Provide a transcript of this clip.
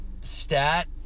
stat